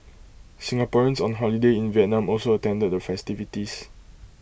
Singaporeans on holiday in Vietnam also attended the festivities